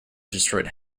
destroyed